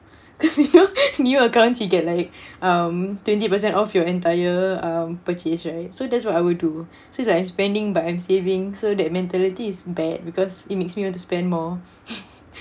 because you know new accounts you get like um twenty percent of your entire um purchase right so that's what I would do so it's like spending but I'm saving so that mentality is bad because it makes me want to spend more